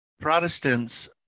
protestants